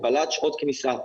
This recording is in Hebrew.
הגבלת שעות כניסה,